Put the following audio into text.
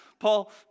Paul